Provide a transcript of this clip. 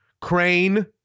Crane